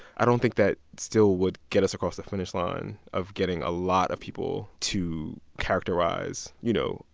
i don't think that still would get us across the finish line of getting a lot of people to characterize, you know,